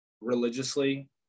religiously